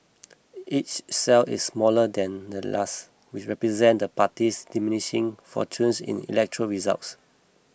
each cell is smaller than the last which represent the party's diminishing fortunes in electoral results